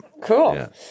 Cool